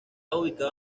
ubicado